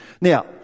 Now